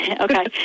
Okay